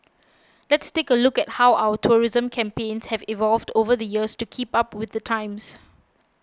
let's take a look at how our tourism campaigns have evolved over the years to keep up with the times